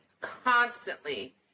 constantly